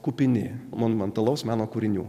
kupini monumentalaus meno kūrinių